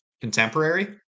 contemporary